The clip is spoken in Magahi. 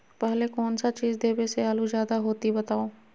पहले कौन सा चीज देबे से आलू ज्यादा होती बताऊं?